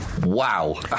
Wow